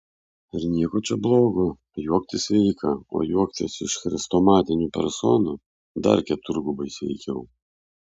ir nieko čia blogo juoktis sveika o juoktis iš chrestomatinių personų dar keturgubai sveikiau